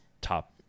top